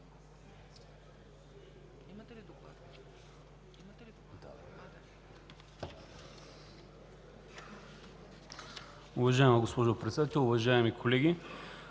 Уважаема госпожо Председател, уважаеми колеги!